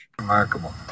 Remarkable